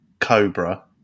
Cobra